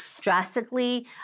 drastically